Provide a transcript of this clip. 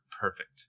perfect